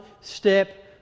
step